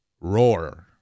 roar